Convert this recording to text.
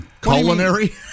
culinary